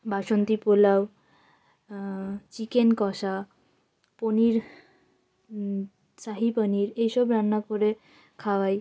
বাসন্তী pulao chicken কষা পনির শাহি পনির এই সব রান্না করে খাওয়াই